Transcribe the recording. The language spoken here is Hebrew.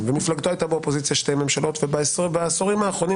ומפלגתו הייתה באופוזיציה בשתי הממשלות האחרונות ובעשורים האחרונים